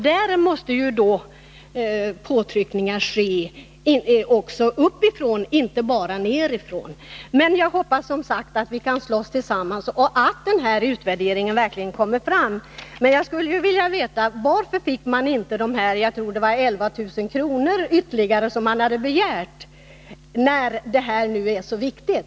Där måste påtryckningar ske också uppifrån och inte bara nedifrån. Men jag hoppas som sagt, att vi kan slåss tillsammans och att den här utvärderingen verkligen kommer fram. Jag skulle emellertid vilja veta varför man icke fick dessa 11 000 kr. ytterligare som man hade begärt, när nu detta är så viktigt.